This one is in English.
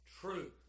truth